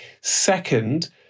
Second